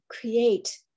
create